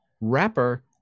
rapper